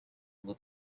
ngo